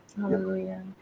Hallelujah